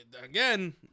again